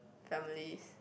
families